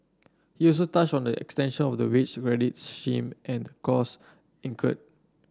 he also touched on the extension of the wage credit scheme and costs incurred